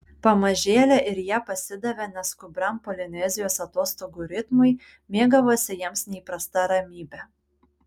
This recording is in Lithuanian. pamažėle ir jie pasidavė neskubriam polinezijos atostogų ritmui mėgavosi jiems neįprasta ramybe